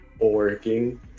working